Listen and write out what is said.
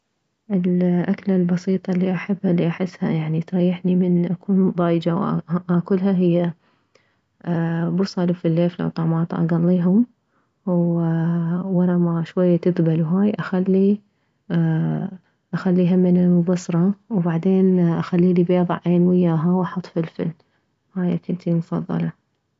الاكلة البسيطة الي احبها الي احسها يعني تريحني من اكون ضيجو واكلها هي بصل وفليفلة وطماطة اكليهم ووره ما شوية تذبل وهاي اخلي اخلي همين نومي بصرة وبعدين اخليلي بيضة عين وياها واخليلي فلفل هاي اكلتي المفضلة